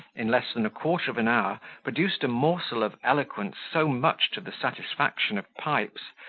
in less than a quarter of an hour produced a morsel of eloquence so much to the satisfaction of pipes,